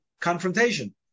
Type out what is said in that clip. Confrontation